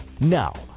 Now